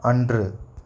அன்று